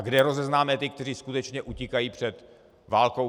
Kde rozeznáme ty, kteří skutečně utíkají před válkou.